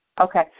Okay